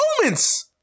moments